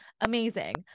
amazing